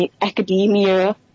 academia